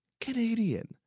Canadian